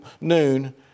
noon